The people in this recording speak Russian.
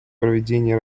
проведения